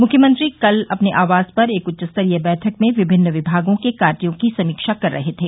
मुख्यमंत्री कल अपने आवास पर एक उच्चस्तरीय बैठक में विमिन्न विभागों के कार्यों की समीक्षा कर रहे थे